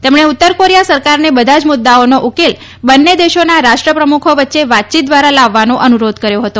તેમણે ઉત્તર કોરિયા સરકારને બધા જ મુદ્દાઓનો ઉકેલ બંને દેશોના રાષ્ટ્રપ્રમુખો વચ્ચે વાતયીત દ્વારા લાવવાનો અનુરોધ કર્યો હતો